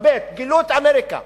באמת, גילו את אמריקה.